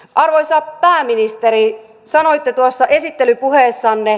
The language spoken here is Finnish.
arvoisa pääministeri sanoitte tuossa esittelypuheessanne